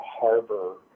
harbor